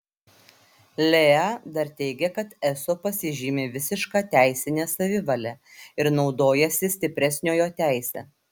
leea dar teigia kad eso pasižymi visiška teisine savivale ir naudojasi stipresniojo teise